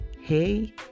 Hey